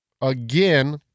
again